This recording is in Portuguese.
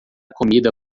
comida